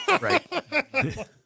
Right